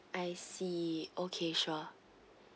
I see okay sure